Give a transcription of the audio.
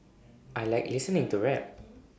I Like listening to rap